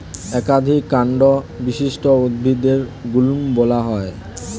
একাধিক কান্ড বিশিষ্ট উদ্ভিদদের গুল্ম বলা হয়